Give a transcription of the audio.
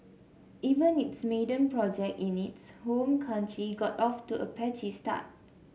even its maiden project in its home country got off to a patchy start